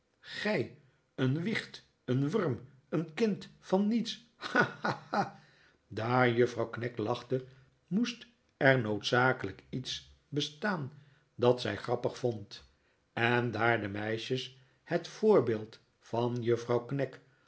gij een wicht een wurm een kind van niets ha ha ha daar juffrouw knag lachte moest er noodzakelijk iets bestaan dat zij grappig vond en daar de meisjes het voorbeeld van juffrouw